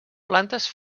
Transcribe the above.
plantes